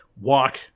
walk